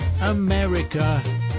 America